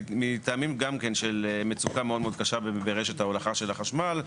מטעמים גם כן של מצוקה מאוד מאוד קשה ברשת ההולכה של החשמל,